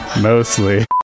Mostly